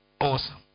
awesome